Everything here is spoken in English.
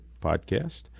podcast